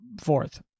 fourth